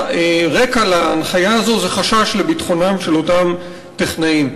הרקע להנחיה הזאת זה חשש לביטחונם של אותם טכנאים.